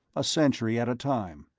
a century at a time.